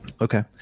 Okay